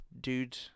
dude